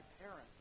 parents